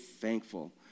thankful